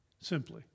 simply